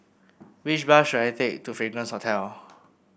which bus should I take to Fragrance Hotel